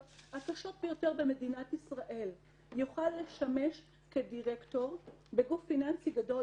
הקשות ביותר במדינת ישראל יוכל לשמש כדירקטור בגוף פיננסי גדול